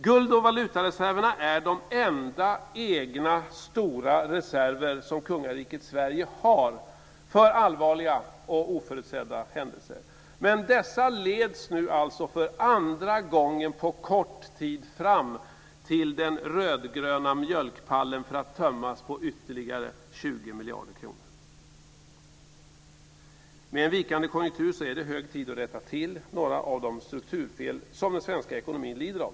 Guld och valutareserverna är de enda egna, stora reserver som kungariket Sverige har för allvarliga och oförutsedda händelser. Dessa leds nu alltså för andra gången på kort tid fram till den rödgröna mjölkpallen för att tömmas på ytterligare 20 miljarder kronor. Med en vikande konjunktur är det hög tid att rätta till några av de strukturfel som den svenska ekonomin lider av.